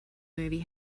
movie